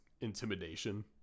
intimidation